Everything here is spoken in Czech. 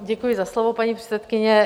Děkuji za slovo, paní předsedkyně.